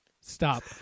stop